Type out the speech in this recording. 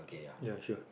ya sure